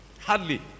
Hardly